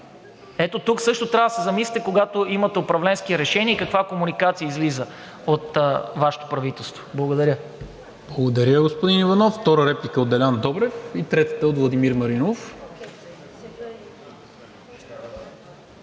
Ето тук също трябва да се замислите, когато имате управленски решения и каква комуникация излиза от Вашето правителство. Благодаря. ПРЕДСЕДАТЕЛ НИКОЛА МИНЧЕВ: Благодаря, господин Иванов. Втора реплика от Делян Добрев. Трета реплика от Владимир Маринов.